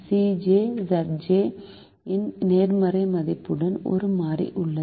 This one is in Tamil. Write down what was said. Cj Zj இன் நேர்மறை மதிப்புடன் ஒரு மாறி உள்ளது